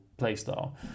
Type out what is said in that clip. playstyle